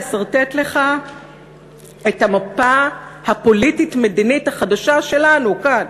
לסרטט לך את המפה הפוליטית-מדינית החדשה שלנו כאן,